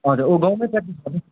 हजुर ऊ गाउँमै प्र्याक्टिस गर्दै